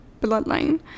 bloodline